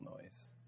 noise